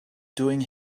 doing